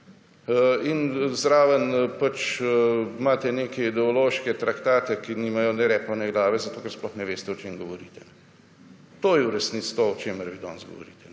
in zraven pač imate neke ideološke traktate, ki nimajo ne repa ne glave, zato ker sploh ne veste o čem govorite. To je v resnici to, o čemer vi danes govorite